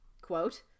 quote